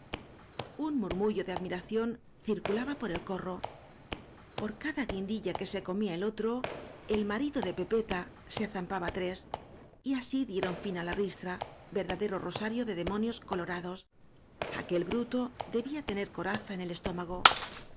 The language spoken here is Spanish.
un murmullo de admiración circulaba por el corro por cada guindilla que se comía el otro el marido de pepeta se zampaba tres y así dieron fin á la ristra verdadero rosario de demonios colorados aquel bruto debía tener coraza en el estómago